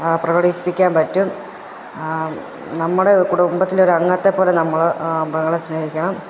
പ്രകടി പ്പിക്കാൻ പറ്റും നമ്മുടെ കുടുംബത്തിൽ ഒരു അംഗത്തെ പോലെ നമ്മൾ മൃങ്ങളെ സ്നേഹിക്കണം